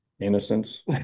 Innocence